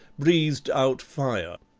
breathed out fire.